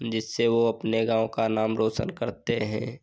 जिससे वह अपने गाँव का नाम रोशन करते हैं